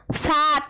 সাত